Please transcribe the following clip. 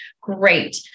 great